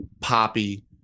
Poppy